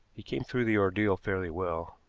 he came through the ordeal fairly well.